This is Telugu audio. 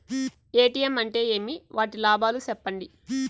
ఎ.టి.ఎం అంటే ఏమి? వాటి లాభాలు సెప్పండి